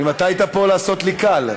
אתה היית פה לעשות לי קל.